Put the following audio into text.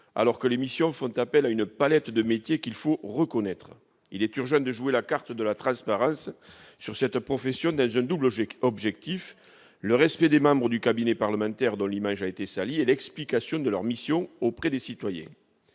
alors que les missions font appel à une palette de métiers qu'il faut reconnaître. Il est urgent de jouer la carte de la transparence sur cette profession, dans un double objectif : celui du respect des membres de cabinet parlementaire, dont l'image a été salie, et celui de l'explication de leurs missions auprès des citoyens.